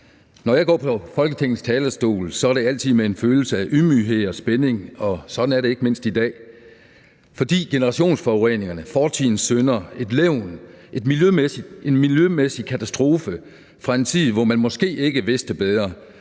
Når jeg går på Folketingets talerstol, er det altid med en følelse af ydmyghed og spænding, og sådan er det ikke mindst i dag. For generationsforureningerne, fortidens synder, et levn, en miljømæssig katastrofe fra en tid, hvor man måske ikke vidste bedre,